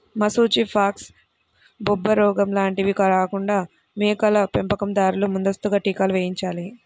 మశూచి, ఫాక్స్, బొబ్బరోగం లాంటివి రాకుండా మేకల పెంపకం దారులు ముందస్తుగా టీకాలు వేయించాలి